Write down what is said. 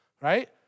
right